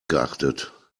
geachtet